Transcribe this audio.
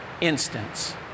instance